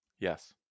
Yes